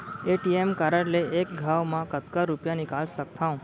ATM card ले एक घव म कतका रुपिया निकाल सकथव?